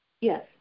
Yes